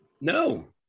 no